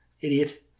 Idiot